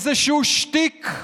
איזשהו שטיק,